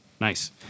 Nice